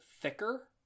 thicker